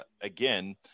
again